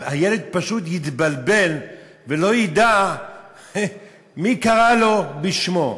הילד פשוט יתבלבל ולא ידע מי קרא לו בשמו.